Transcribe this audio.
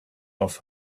off